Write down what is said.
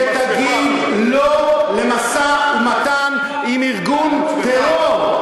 שתגיד "לא" למשא-ומתן עם ארגון טרור,